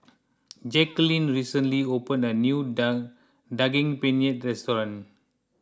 Jacquelin recently opened a new down Daging Penyet restaurant